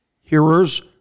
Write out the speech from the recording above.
Hearers